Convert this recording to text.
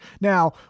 Now